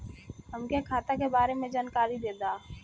हमके खाता के बारे में जानकारी देदा?